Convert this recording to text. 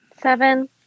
Seven